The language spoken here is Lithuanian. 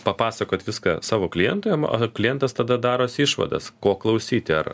papasakot viską savo klientui ar klientas tada darosi išvadas ko klausyti ar